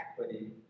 equity